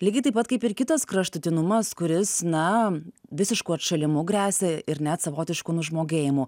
lygiai taip pat kaip ir kitas kraštutinumas kuris na visišku atšalimu gresia ir net savotišku nužmogėjimu